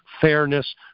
fairness